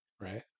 Right